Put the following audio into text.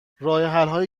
راهحلهایی